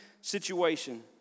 situation